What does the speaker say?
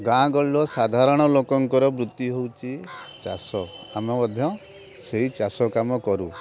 ଗାଁ ଗହଳିର ସାଧାରଣତଃ ଲୋକଙ୍କର ବୃତ୍ତି ହେଉଛି ଚାଷ ଆମେ ମଧ୍ୟ ସେଇ ଚାଷ କାମ କରୁ